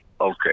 Okay